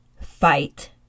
fight